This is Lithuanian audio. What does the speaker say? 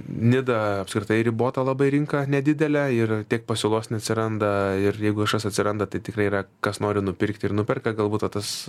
nida apskritai ribota labai rinka nedidelė ir tiek pasiūlos neatsiranda ir jeigu kažkas atsiranda tai tikrai yra kas nori nupirkti ir nuperka galbūt vat tas